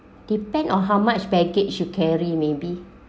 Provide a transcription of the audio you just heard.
depend on how much package should carry maybe